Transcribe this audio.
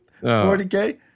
40K